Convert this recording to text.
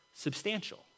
Substantial